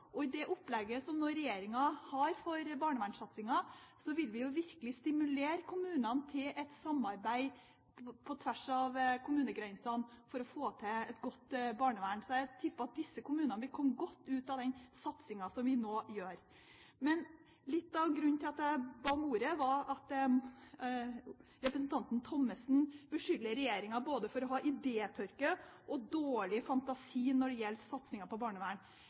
I det opplegget som regjeringen nå har for barnevernssatsingen, vil vi virkelig stimulere kommunene til et samarbeid på tvers av kommunegrensene for å få til et godt barnevern. Så jeg tipper at disse kommunene vil komme godt ut av den satsingen som vi nå gjør. Litt av grunnen til at jeg ba om ordet, var at representanten Thommessen beskylder regjeringen for å ha både idétørke og dårlig fantasi når det gjelder satsingen på barnevern.